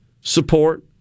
support